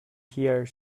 here